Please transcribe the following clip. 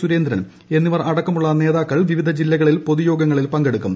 സുരേന്ദ്രൻ എന്നിവർ അടക്കമുള്ള നേതാക്കൾ വിവിധ ജില്ലകളിൽ പൊതുയോഗങ്ങളിൽ പങ്കെടുക്കും